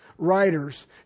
writers